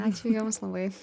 ačiū jums labai